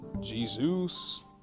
Jesus